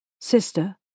Sister